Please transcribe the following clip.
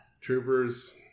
Troopers